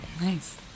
Nice